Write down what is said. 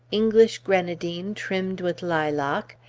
english grenadine trimmed with lilac,